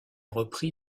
repris